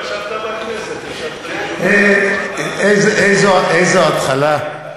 לא ישבת בכנסת, ישבת, איזו התחלה.